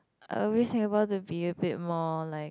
always Singapore to be a bit more like